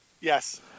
Yes